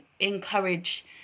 encourage